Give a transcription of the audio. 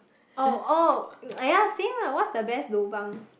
oh oh !aiya! say lah what's the best lobang